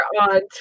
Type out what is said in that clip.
on